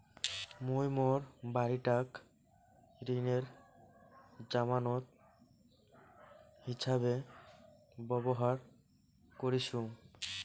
মুই মোর বাড়িটাক ঋণের জামানত হিছাবে ব্যবহার করিসু